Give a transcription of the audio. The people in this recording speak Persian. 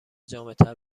جامعتر